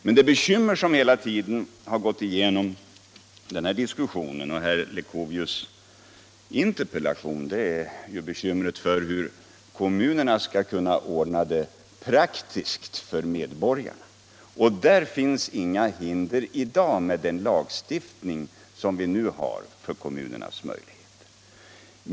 Men det bekymmer som genomgående präglat den här diskussionen och herr Leuchovius interpellation är hur kommunerna skall kunna ordna dessa frågor på ett sätt som är lämpligt för medborgarna. Den lagstiftning som vi nu har lägger inga hinder i vägen för kommunernas möjligheter i det avseendet.